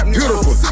beautiful